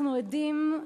אנחנו עדים,